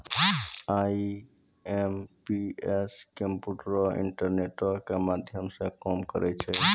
IMPS कम्प्यूटरो, इंटरनेटो के माध्यमो से काम करै छै